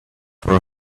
for